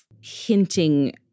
hinting